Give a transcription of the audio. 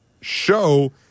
show